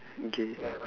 okay